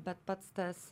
bet pats tas